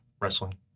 Wrestling